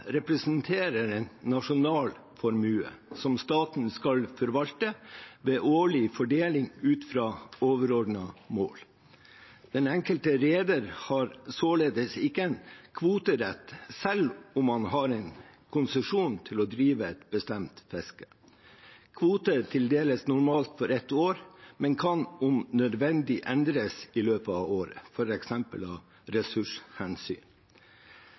representerer en nasjonal formue som staten skal forvalte ved årlig fordeling, ut fra overordnede mål. Den enkelte reder har således ikke en kvoterett selv om han har konsesjon til å drive et bestemt fiske. Kvote tildeles normalt for ett år, men kan om nødvendig endres i løpet av året, f.eks. av ressurshensyn.